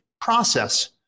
process